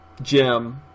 Jim